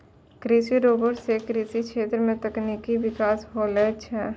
कृषि रोबोट सें कृषि क्षेत्र मे तकनीकी बिकास होलो छै